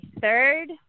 third